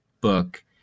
book